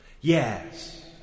Yes